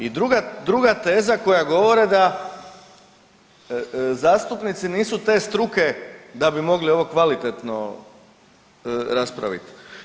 I druga teza koju govore da zastupnici nisu te struke da bi mogli ovo kvalitetno raspraviti.